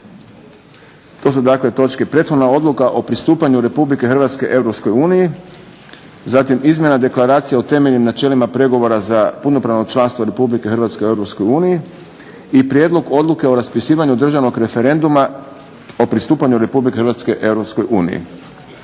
To su točke: 12. Prethodna odluka o pristupanju Republike Hrvatske Europskoj uniji, 12. Izmjena Deklaracije o temeljnim načelima pregovora za punopravno članstvo Republike Hrvatske u Europskoj uniji, 12. Prijedlog odluke o raspisivanju državnog referenduma o pristupanju Republike Hrvatske